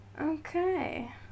Okay